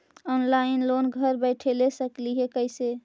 Online loan घर बैठे ले सकली हे, कैसे?